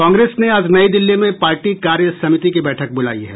कांग्रेस ने आज नई दिल्ली में पार्टी कार्य समिति की बैठक बुलाई है